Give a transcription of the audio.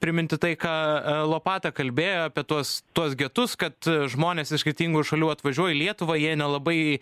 priminti tai ką lopata kalbėjo apie tuos tuos getus kad žmonės iš skirtingų šalių atvažiuoja į lietuvą jie nelabai